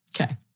Okay